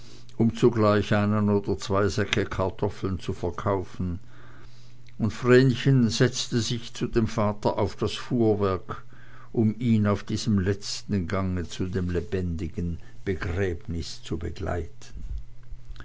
um zugleich einen oder zwei säcke kartoffeln zu verkaufen und vrenchen setzte sich zu dem vater auf das fuhrwerk um ihn auf diesem letzten gange zu dem lebendigen begräbnis zu begleiten